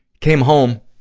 came home,